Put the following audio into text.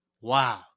Wow